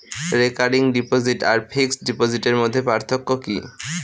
Recurring deposit আর fixed ডিপোজিটের মধ্যে পার্থক্য কি?